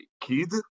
kid